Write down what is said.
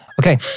Okay